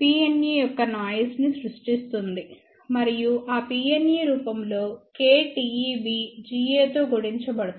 Pneయొక్క noise ని సృష్టిస్తుందిమరియు ఆ Pne రూపంలో kTeB Gaతో గుణించబడుతుంది